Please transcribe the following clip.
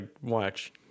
watch